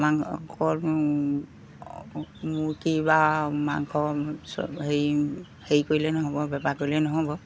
মাং অকল মূৰ্গী বা মাংস চ হেৰি হেৰি কৰিলে নহ'ব বেপাৰ কৰিলেই নহ'ব